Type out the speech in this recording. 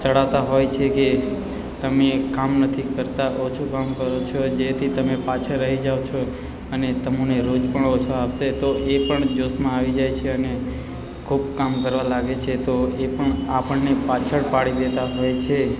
ચડાવતા હોય છે કે તમે કામ નથી કરતાં ઓછું કામ કરો છો જેથી તમે પાછળ રહી જાઓ છો અને તમને રોજ પણ ઓછો આપશે તો એ પણ જોશમાં આવી જાય છે અને ખૂબ કામ કરવા લાગે છે તો એ પણ આપણને પાછળ પાડી દેતા હોય છે